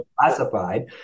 classified